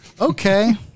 Okay